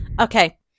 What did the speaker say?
Okay